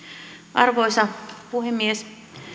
arvoisa puhemies